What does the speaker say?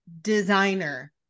designer